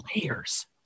layers